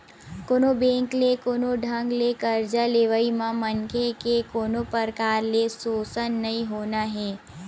कोनो बेंक ले कोनो ढंग ले करजा लेवई म मनखे के कोनो परकार ले सोसन नइ होना हे